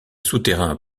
souterrain